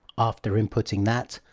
after inputting that,